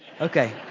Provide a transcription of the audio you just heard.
Okay